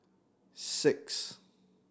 six